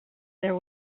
there